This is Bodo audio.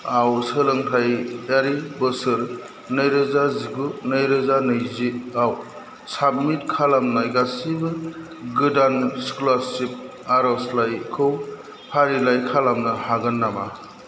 आव सोलोंथायारि बोसोर नैरोजा जिगु नैरोजा नैजि आव साबमिट खालामनाय गासिबो गोदान स्कलारसिप आरजलाइखौ फारिलाइ खालामनो हागोन नामा